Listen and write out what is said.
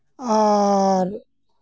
ᱟᱨ